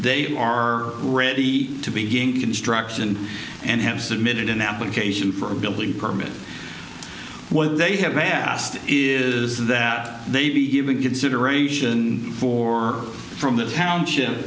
day or ready to begin construction and have submitted an application for a building permit what they have asked is that they be a big consideration for from the township